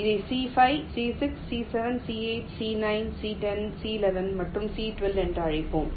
இதை C 5 C 6 C 7 C 8 C 9 C 10 C 11 மற்றும் C 12 என்று அழைப்போம்